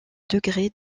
degré